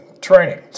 training